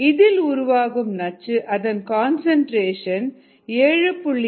இதில் உருவாகும் நச்சு அதன் கன்சன்ட்ரேஷன் 7